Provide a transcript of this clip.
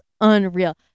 unreal